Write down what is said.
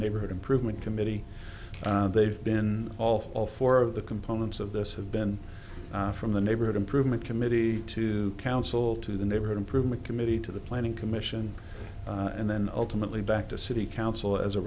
neighborhood improvement committee they've been all four of the components of this have been from the neighborhood improvement committee to council to the neighborhood improvement committee to the planning commission and then ultimately back to city council as a